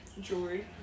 jewelry